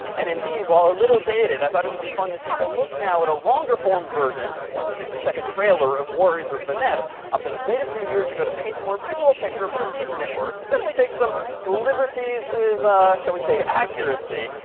and indeed, while a little dated, i thought it would be fun to take a look now at a longer form version of the sixty second trailer of warriors of the net um that was made a few years ago to paint a more visual picture of how the internet works. it definitely takes some liberties with shall we say accuracy.